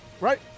right